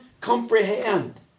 comprehend